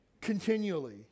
continually